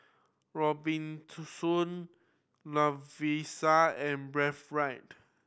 Robitussin Lovisa and Breathe Right